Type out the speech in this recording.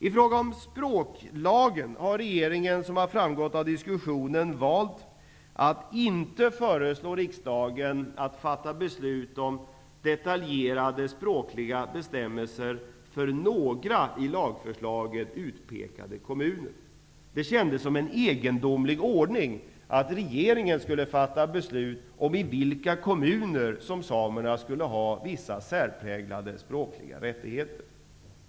I fråga om språklagen har regeringen, som har framgått av diskussionen, valt att inte föreslå riksdagen att fatta beslut om detaljerade språkliga bestämmelser för några i lagförslaget utpekade kommuner. Det kändes som en egendomlig ordning att regeringen skulle fatta beslut om i vilka kommuner som samerna skulle ha vissa särpräglade språkliga rättigheter.